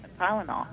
Tylenol